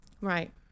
Right